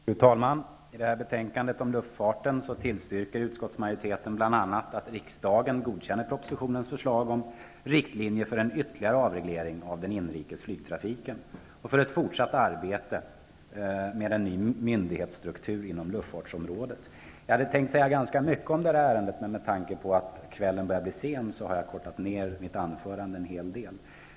Fru talman! I detta betänkande om luftfarten tillstyrker utskottsmajoriteten bl.a. att riksdagen godkänner propositionens förslag om riktlinjer för en ytterligare avreglering av den inrikes flygtrafiken och för fortsatt arbete med en ny myndighetsstruktur inom luftfartsområdet. Jag hade tänkt säga ganska mycket om det här, men med tanke på att kvällen börjar bli sen har jag kortat ner mitt anförande en hel del.